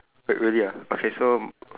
wait really ah okay so